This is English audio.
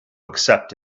accept